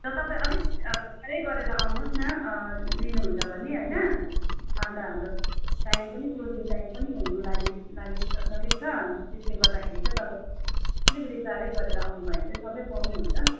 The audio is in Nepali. हुन्छ तपाईँ अलिक चाँडै गरेर आउनुहोस् न लिनुहुन्छ भने होइन अन्त हाम्रो टाइम पनि क्लोजिङ टाइम पनि हुनु लागि लागिसकेको छ त्यसले गर्दाखेरि चाहिँ तपाईँ अलिकति चाँडै गरेर आउनुभयो भने चाहिँ सबै पाउनुहुन्छ